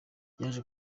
byaje